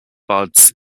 buds